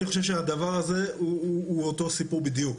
אני חושב שהדבר הזה הוא אותו סיפור בדיוק,